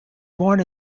born